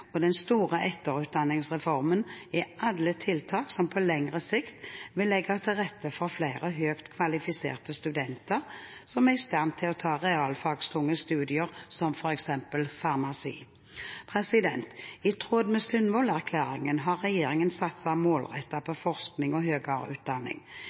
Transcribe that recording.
og den store etterutdanningsreformen er alle tiltak som på lengre sikt vil legge til rette for flere høyt kvalifiserte studenter, som er i stand til å ta realfagstunge studier som f.eks. farmasi. I tråd med Sundvolden-erklæringen har regjeringen satset målrettet på forskning og høyere utdanning.